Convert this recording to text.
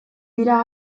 dira